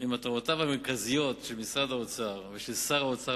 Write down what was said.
מהמטרות המרכזיות של משרד האוצר ושל שר האוצר